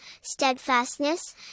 steadfastness